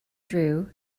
drew